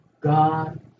God